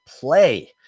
play